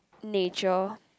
nature